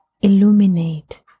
illuminate